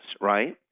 right